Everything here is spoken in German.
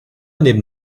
neben